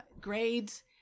grades